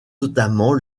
notamment